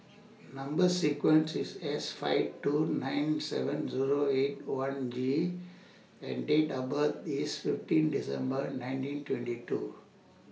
Number sequence IS S five two nine seven Zero eight one G and Date of birth IS fifteenth December nineteen twenty two